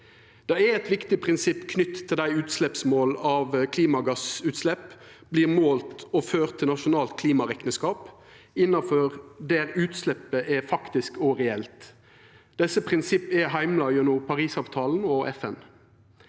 Det er eit viktig prinsipp knytt til utsleppsmåla at klimagassutslepp vert målte og førte til eit nasjonalt klimarekneskap innanfor der utsleppet er faktisk og reelt. Desse prinsippa er heimla gjennom Parisavtalen og FN.